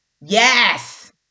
yes